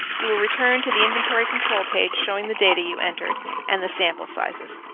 you will return to the inventory-control page showing the data you entered and the sample sizes.